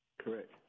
Correct